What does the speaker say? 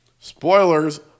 spoilers